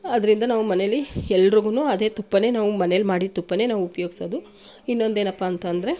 ಅದರಿಂದ ನಾವು ಮನೇಲಿ ಎಲ್ರಿಗೂ ಅದೇ ತುಪ್ಪನೇ ನಾವು ಮನೆಯಲ್ ಮಾಡಿದ ತುಪ್ಪನೇ ನಾವು ಉಪಯೋಗ್ಸೋದು ಇನ್ನೊಂದೇನಪ್ಪಾ ಅಂತಂದರೆ